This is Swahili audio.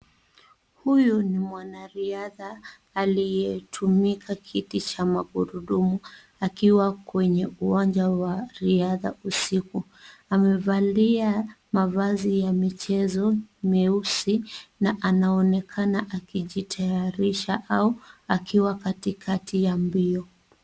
Huyu ni mwanariadha aliyetumika kiti cha magurudumu akiwa kwenye uwanja wa riadha usiku. Amevalia mavazi ya michezo meusi na anaonekana akijitayarisha au akiwa katikati ya mbio.